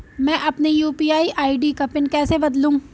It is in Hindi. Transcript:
मैं अपनी यू.पी.आई आई.डी का पिन कैसे बदलूं?